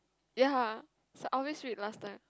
ya I always read last time